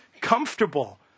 comfortable